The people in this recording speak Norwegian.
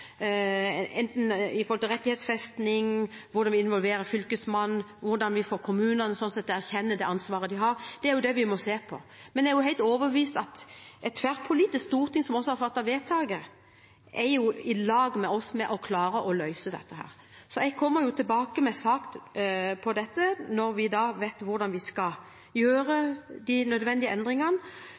å erkjenne det ansvaret de har, må vi se på. Men jeg er helt overbevist om at et tverrpolitisk storting, som også har fattet vedtaket, er i lag med oss når det gjelder å klare å løse dette. Så jeg kommer tilbake med sak på dette når vi vet hvordan vi skal gjøre de nødvendige endringene,